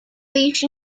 leash